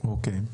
אוקיי.